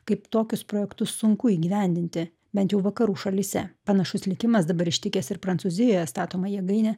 kaip tokius projektus sunku įgyvendinti bent jau vakarų šalyse panašus likimas dabar ištikęs ir prancūzijoje statoma jėgainė